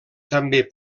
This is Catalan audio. també